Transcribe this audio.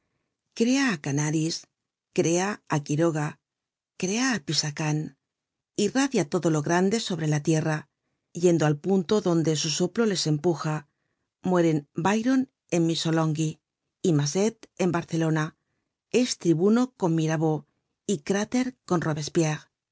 crea á canaris crea á quiroga crea á pisacane irradia todo lo grande sobre la tierra yendo al punto donde su soplo les empuja mueren byron en missolonghi y mazet en barcelona es tribuno con mirabeau y cráter con robespierre sus